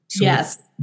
Yes